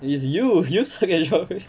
it is you you suck at geography